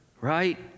Right